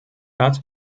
hat